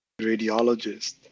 radiologist